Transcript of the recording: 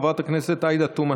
חברת הכנסת עאידה תומא